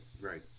right